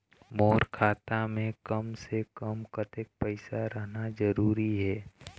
मोर खाता मे कम से से कम कतेक पैसा रहना जरूरी हे?